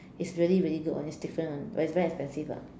it's really really good [one] it's different [one] but it's very expensive ah